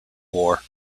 war